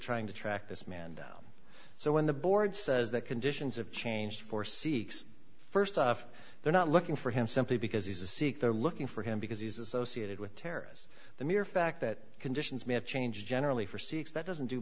trying to track this man down so when the board says that conditions have changed for sikhs first off they're not looking for him simply because he's a sikh they're looking for him because he's associated with terrorists the mere fact that conditions may have changed generally for sikhs that doesn't do